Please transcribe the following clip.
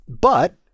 but-